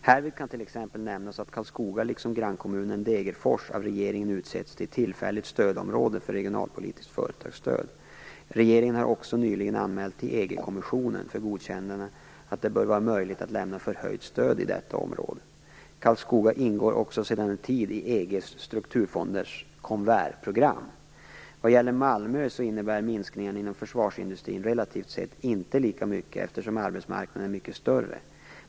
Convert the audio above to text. Härvid kan t.ex. nämnas att Karlskoga, liksom grannkommunen Degerfors, av regeringen utsetts till tillfälligt stödområde för regionalpolitiskt företagsstöd. Regeringen har också nyligen anmält till EG kommissionen för godkännande att det bör vara möjligt att lämna förhöjt stöd i detta område. Karlskoga ingår också sedan en tid i EG:s strukturfonders KONVER-program. Vad gäller Malmö så innebär minskningarna inom försvarsindustrin relativt sett inte lika mycket eftersom arbetsmarknaden är mycket större.